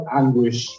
anguish